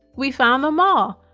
we found them all!